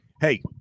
Hey